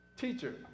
Teacher